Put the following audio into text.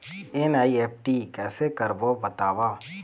NEFT कैसे करबो बताव?